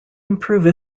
improve